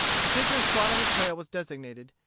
a particular spot on the trail was designated,